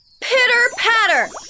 Pitter-patter